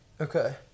Okay